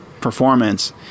performance